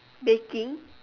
baking